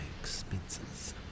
expenses